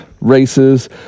races